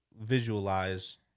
visualize